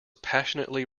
passionately